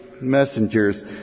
messengers